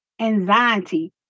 anxiety